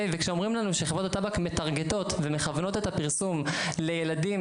וכאומרים לנו שחברות הטבק מטרגטות ומכוונות את הפרסום לילדים